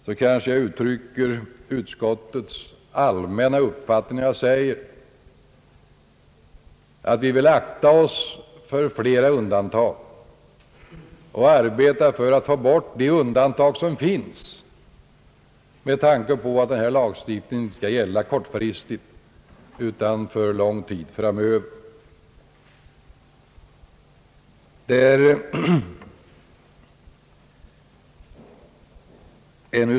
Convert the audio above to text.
Måhända uttrycker jag utskottets allmänna uppfattning när jag säger, att vi vill undvika flera undantag och arbeta för att få bort de undantag som nu finns med tanke på att denna lagstiftning inte skall gälla kortfristigt utan för lång tid framöver.